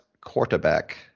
quarterback